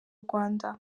rwanda